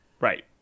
Right